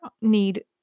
need